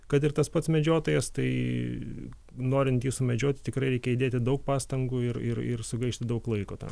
kad ir tas pats medžiotojas tai norint jį sumedžioti tikrai reikia įdėti daug pastangų ir ir sugaišti daug laiko tam